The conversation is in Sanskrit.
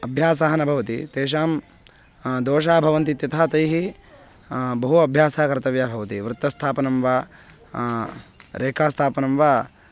अभ्यासः न भवति तेषां दोषाः भवन्ति इत्यतः तैः बहु अभ्यासः कर्तव्यः भवति वृत्तस्थापनं वा रेखास्थापनं वा